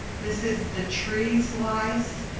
this is the tree's life.